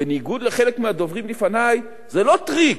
בניגוד לדברי חלק מהדוברים לפני, זה לא טריק